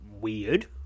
weird